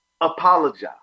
apologize